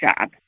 job